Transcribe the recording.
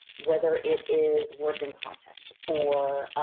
whether it is words in context, or